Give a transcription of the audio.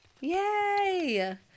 Yay